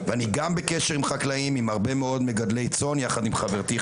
אני גם בקשר עם חקלאים ומגדלי צאן יחד עם חברתי,